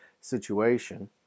situation